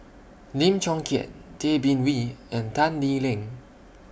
Lim Chong Keat Tay Bin Wee and Tan Lee Leng